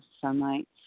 sunlight